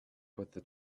with